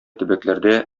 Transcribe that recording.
төбәкләрдә